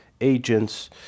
agents